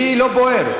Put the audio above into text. לי לא בוער.